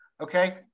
okay